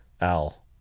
Al